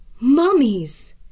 Mummies